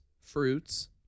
fruits